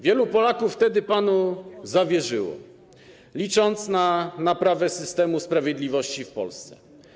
Wielu Polaków wtedy panu zawierzyło, licząc na naprawę systemu sprawiedliwości w Polsce.